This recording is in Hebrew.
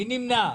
מי נמנע?